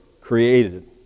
created